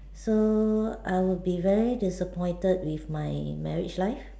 so I will be very disappointed with my marriage life